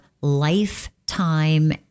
lifetime